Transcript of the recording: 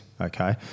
Okay